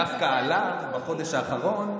דווקא עליו, בחודש האחרון,